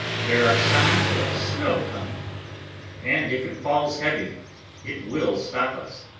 there are signs of snow coming and if it falls heavy it will stop us.